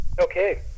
Okay